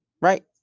right